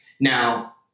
Now